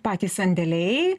patys sandėliai